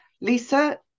Lisa